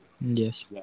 Yes